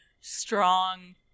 strong